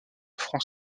franz